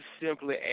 simply